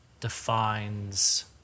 defines